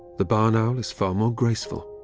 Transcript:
the barn owl is far more graceful.